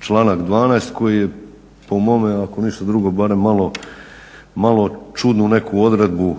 članak 12. koji je po mome ako ništa drugo barem malo čudnu neku odredbu